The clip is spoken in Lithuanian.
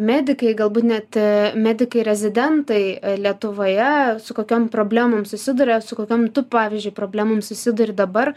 medikai galbūt net medikai rezidentai lietuvoje su kokiom problemom susiduria su kokiom tu pavyzdžiui problemom susiduri dabar